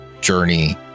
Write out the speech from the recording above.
journey